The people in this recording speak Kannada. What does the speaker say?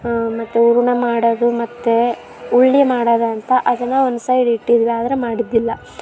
ಮತ್ತು ಹೂರ್ಣ ಮಾಡೋದು ಮತ್ತೆ ಉಳ್ಳಿ ಮಾಡೋದಂತ ಅದನ್ನು ಒಂದು ಸೈಡ್ ಇಟ್ಟಿದ್ವಿ ಆದ್ರೆ ಮಾಡಿದ್ದಿಲ್ಲ